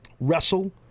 wrestle